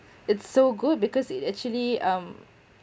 it's so good because it actually um